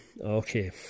Okay